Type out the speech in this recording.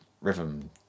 rhythm